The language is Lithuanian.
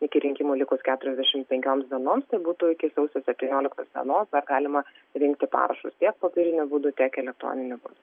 iki rinkimų likus keturiasdešimt penkioms dienoms tai būtų iki sausio septynioliktos dienos dar galima rinkti parašus tiek popieriniu būdu tiek elektroniniu būdu